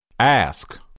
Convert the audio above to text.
Ask